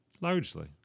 Largely